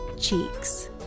cheeks